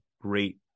great